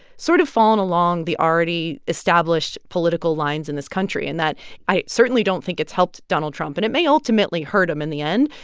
sort of fallen along the already established political lines in this country in that i certainly don't think it's helped donald trump. and it may ultimately hurt him in the end,